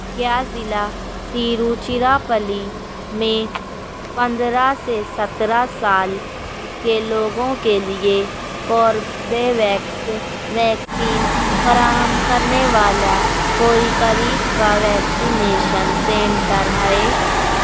کیا ضلع تیروچیراپلی میں پندرہ سے سترہ سال کے لوگوں کے لیے کوربے ویکس ویکسین فراہم کرنے والا کوئی قریب کا ویکسینیشن سنٹر ہے